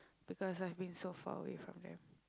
because I've been so foreign from them